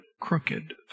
crooked